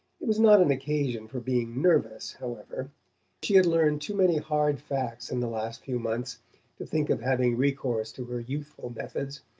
it was not an occasion for being nervous, however she had learned too many hard facts in the last few months to think of having recourse to her youthful methods.